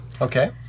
Okay